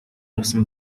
авсан